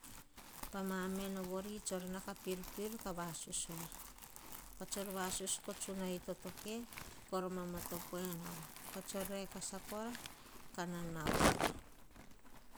Pa ma mina vore tsor pirpir kah vasus er. Pats tsor va sus er. Koh tsunai totoke kor mamato poe nor. Pat tsor rekasa kora kah nana voer.